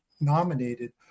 nominated